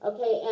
Okay